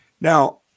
Now